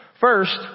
First